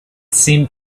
seemed